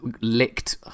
licked